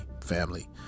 family